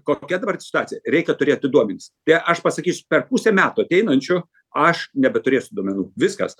kokia dabar situacija reikia turėti duomenis tai aš pasakysiu per pusę metų ateinančių aš nebeturėsiu duomenų viskas